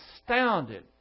astounded